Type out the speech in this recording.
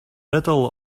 riddle